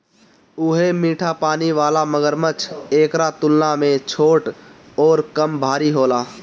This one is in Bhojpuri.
उहे मीठा पानी वाला मगरमच्छ एकरा तुलना में छोट अउरी कम भारी होला